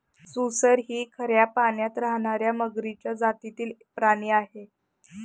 सुसर ही खाऱ्या पाण्यात राहणार्या मगरीच्या जातीतील प्राणी आहे